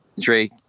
Drake